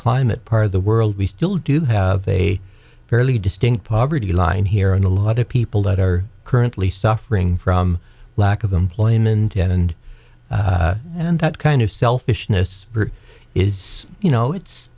climate part of the world we still do have a fairly distinct poverty line here and a lot of people that are currently suffering from lack of employment and and that kind of selfishness is you know it's